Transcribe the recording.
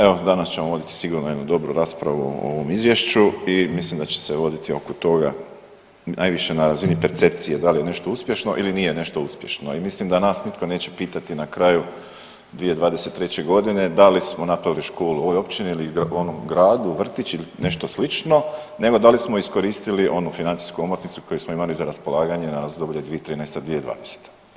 Evo, danas ćemo ovdje sigurno jednu dobru raspravu o ovom Izvješću i mislim da će se voditi oko toga najviše na razini percepcije, da li je nešto uspješno ili nije nešto uspješno i mislim da nas nitko neće pitati na kraju 2023. da li smo napravili školu u ovoj općini ili onom gradu vrtić ili nešto slično nego da li smo iskoristili onu financijsku omotnicu koju smo imali za raspolaganje na razdoblje 2013.-2020.